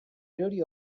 erori